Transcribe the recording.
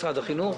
משרד החינוך?